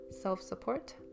self-support